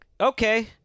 okay